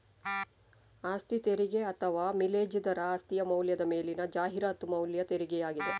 ಆಸ್ತಿ ತೆರಿಗೆ ಅಥವಾ ಮಿಲೇಜ್ ದರ ಆಸ್ತಿಯ ಮೌಲ್ಯದ ಮೇಲಿನ ಜಾಹೀರಾತು ಮೌಲ್ಯ ತೆರಿಗೆಯಾಗಿದೆ